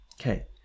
Okay